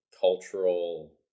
cultural